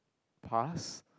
pass